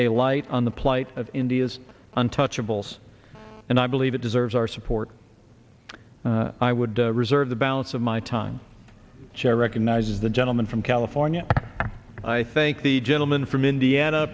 a light on the plight of india's untouchables and i believe it deserves our support i would reserve the balance of my time chair recognizes the gentleman from california i thank the gentleman from indiana